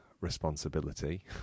responsibility